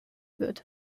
wird